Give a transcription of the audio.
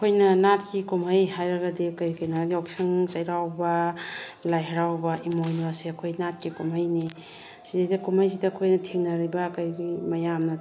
ꯑꯩꯈꯣꯏꯅ ꯅꯥꯠꯀꯤ ꯀꯨꯝꯍꯩ ꯍꯥꯏꯔꯒꯗꯤ ꯀꯔꯤ ꯀꯔꯤꯅꯣ ꯍꯥꯏꯔꯗꯤ ꯌꯥꯎꯁꯪ ꯆꯩꯔꯥꯎꯕ ꯂꯥꯏ ꯍꯥꯔꯥꯎꯕ ꯏꯃꯣꯏꯅꯨ ꯑꯁꯦ ꯑꯩꯈꯣꯏ ꯅꯥꯠꯀꯤ ꯀꯨꯝꯍꯩꯅꯤ ꯁꯤꯗꯒꯤꯁꯤꯗ ꯀꯨꯝꯍꯩꯁꯤꯗ ꯑꯩꯈꯣꯏꯗ ꯊꯦꯡꯅꯔꯤꯕ ꯀꯔꯤ ꯀꯔꯤ ꯃꯌꯥꯝꯅ